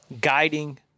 guiding